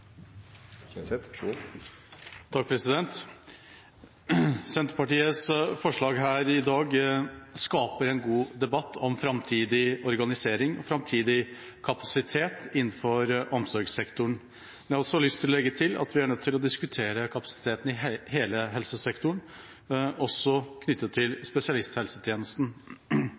Senterpartiets forslag i dag skaper en god debatt om framtidig organisering og framtidig kapasitet innenfor omsorgssektoren. Jeg har lyst til å legge til at vi er nødt til å diskutere kapasiteten i hele helsesektoren, også knyttet til